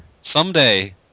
Someday